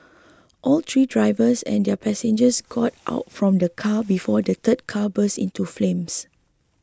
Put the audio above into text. all three drivers and their passengers got out from the car before the third car burst into flames